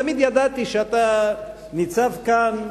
תמיד ידעתי שאתה ניצב כאן,